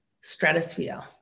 stratosphere